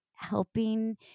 helping